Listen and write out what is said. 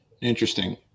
Interesting